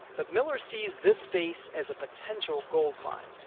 but miller sees this space as a potential gold mine.